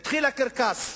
התחיל הקרקס,